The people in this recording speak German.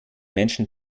menschen